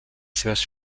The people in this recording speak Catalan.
seves